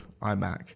iMac